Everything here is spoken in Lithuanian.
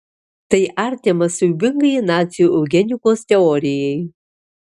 tai artima siaubingai nacių eugenikos teorijai